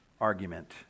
argument